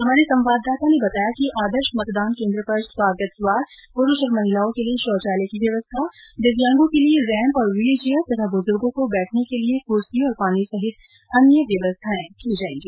हमारे संवाददाता ने बताया कि आदर्श मतदान केंद्र पर स्वागत द्वार पुरूष और महिलाओं के लिए शौचालय की व्यवस्था दिव्यांगजन के लिए रेप और व्हील चेयर तथा बुजुर्गो को बैठने के लिए कुर्सी और पानी सहित अन्य व्यवस्थाएं की जाएगी